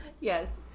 Yes